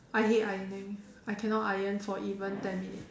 I hate ironing I cannot iron for even ten minutes